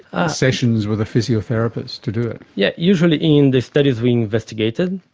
ah sessions with a physiotherapist to do it? yeah usually in the studies we investigated,